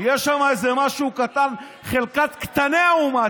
יהיה שם איזה משהו קטן, חלקת קטני האומה.